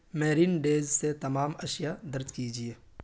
marinades سے تمام اشیا درج کیجیے